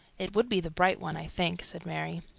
it would be the bright one, i think, said mary.